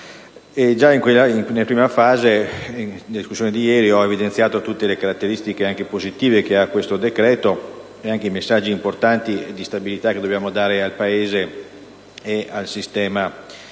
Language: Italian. intervento ho evidenziato tutte le caratteristiche positive del decreto ed anche i messaggi importanti di stabilità che dobbiamo dare al Paese, al sistema europeo